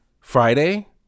Friday